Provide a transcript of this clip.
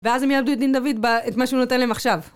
ואז הם יעבדו את דין דוד ב-את מה שהוא נותן להם עכשיו